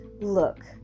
Look